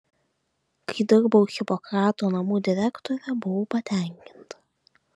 kai dirbau hipokrato namų direktore buvau patenkinta